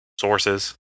sources